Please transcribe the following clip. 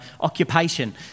occupation